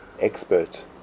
expert